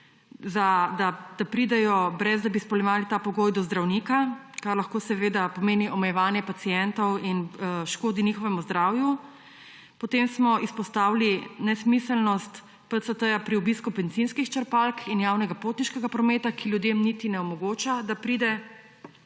da pridejo, ne da bi izpolnjevali ta pogoj, do zdravnika, kar lahko seveda pomeni omejevanje pacientov in škodi njihovemu zdravju. Potem smo izpostavili nesmiselnost PCT pri obisku bencinskih črpalk in javnega potniškega prometa, ki ljudem na primer niti ne omogoča, da pridejo